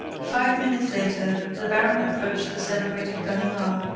five minutes later, the baron approached the celebrated ganimard,